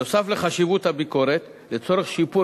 נוסף על חשיבות הביקורת לצורך שיפור